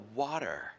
water